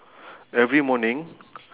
every morning